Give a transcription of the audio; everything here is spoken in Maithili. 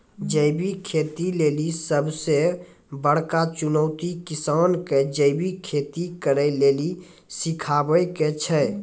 जैविक खेती लेली सबसे बड़का चुनौती किसानो के जैविक खेती करे के लेली सिखाबै के छै